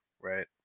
right